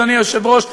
אדוני היושב-ראש,